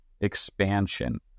expansion